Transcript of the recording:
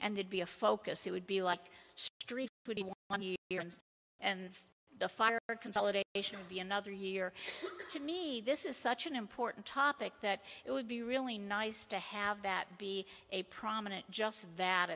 and they'd be a focus it would be like street and the fire or consolidate would be another year to me this is such an important topic that it would be really nice to have that be a prominent just that